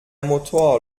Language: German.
motor